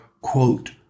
quote